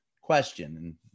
question